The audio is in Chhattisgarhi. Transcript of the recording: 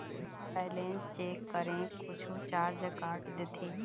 बैलेंस चेक करें कुछू चार्ज काट देथे?